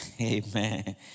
Amen